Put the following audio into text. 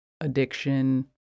addiction